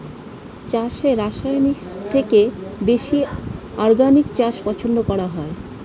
চাষে রাসায়নিকের থেকে বেশি অর্গানিক চাষ পছন্দ করা হয়